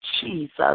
Jesus